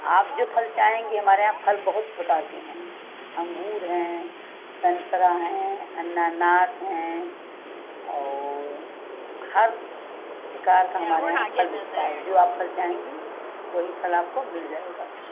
आप जो फल चाहेंगी हमारे यहाँ फल बहुत प्रकार के हैं अंगूर हैं संतरा हैं अनानास हैं और हर प्रकार का हमारे यहाँ फल मिलता है जो आप फल चाहेंगी वही फल आपको मिल जाएगा